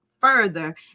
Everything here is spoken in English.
further